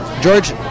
George